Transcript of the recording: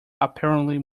apparently